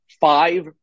five